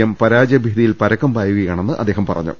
M പരാജയഭീതിയിൽ പരക്കം പായുകയാണെന്ന് അദ്ദേഹം പറഞ്ഞു